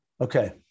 Okay